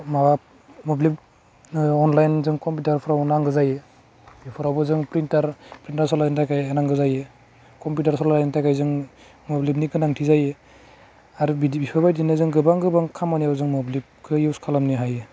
माबा mobile online जों कम्पिटारफ्राव नांगौ जायो बेफ्रावबो जों प्रिनटार प्रिनटार सालाइनो थाखाय नांगौ जायो कम्पिटार सलाइनो थाखाय जों मोब्लिबनि गोनांथि आरो बिदि बेफोरबायदिनो जों गोबां गोबां खामानियाव जों मोब्लिबखो इउस खालामनो हायो